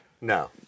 No